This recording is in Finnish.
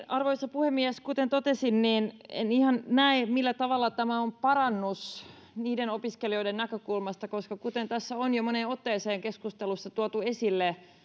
arvoisa puhemies kuten totesin en ihan näe millä tavalla tämä on parannus niiden opiskelijoiden näkökulmasta koska kuten tässä on jo moneen otteeseen keskustelussa tuotu esille